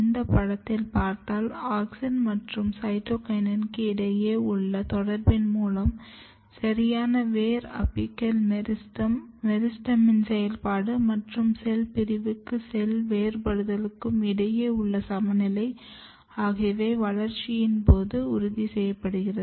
இந்த படத்தில் பார்த்தால் ஆக்ஸின் மற்றும் சைடோகையின்க்கு இடையே உள்ள தொடர்பின் மூலம் சரியான வேர் அபிக்கல் மெரிஸ்டெம் மெரிஸ்டெமின் செயல்பாடு மற்றும் செல் பிரிவுக்கும் செல் வேறுபடுதலுக்கும் இடையே உள்ள சமநிலை ஆகியவை வளர்ச்சியின் போது உறுதிசெய்யப்படுகிறது